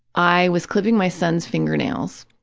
i was clipping my son's fingernails,